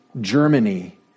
Germany